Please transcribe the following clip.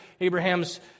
Abraham's